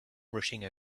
rushing